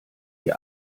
die